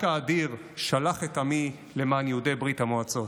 האדיר שלח את עמי למען יהודי ברית המועצות.